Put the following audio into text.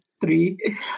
three